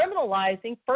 criminalizing